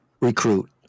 recruit